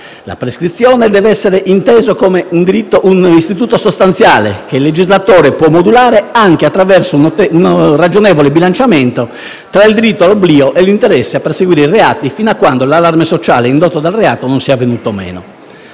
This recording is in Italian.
«La prescrizione pertanto deve essere considerata un istituto sostanziale, che il legislatore può modulare attraverso un ragionevole bilanciamento tra il diritto all'oblio e l'interesse a perseguire i reati fino a quando l'allarme sociale indotto dal reato non sia venuto meno…».